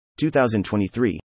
2023